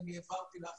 אני העברתי לך